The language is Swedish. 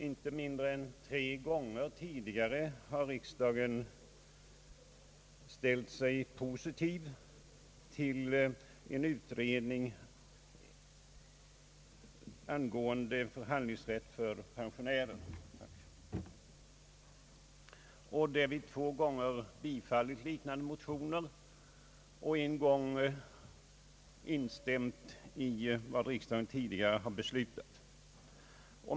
Inte mindre än tre gånger tidigare har riksdagen ställt sig positiv till en utredning angående förhandlingsrätt för pensionärer. Två gånger har den bifallit liknande motioner och en gång instämt i vad riksdagen tidigare beslutat.